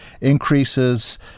increases